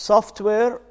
Software